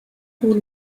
poole